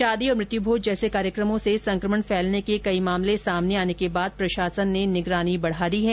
शादी और मृत्युमोज जैसे कार्यक्रमों से संक्रमण फैलने के कई मामले सामने आने के बाद प्रशासन ने निगरानी बढा दी है